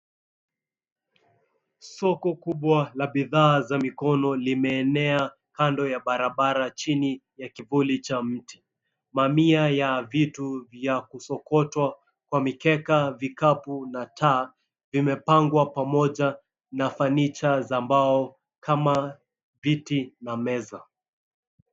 Soko kubwa la bidhaa za mikono limeenea kando ya barabara chini ya kivuli cha mti. Mamia ya vitu vya kusokotwa kwa mikeka, vikapu na taa vimepangwa pamoja na fanicha za mbao kama viti na meza.